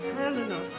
Helena